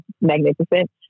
magnificent